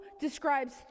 describes